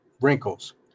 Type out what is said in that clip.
wrinkles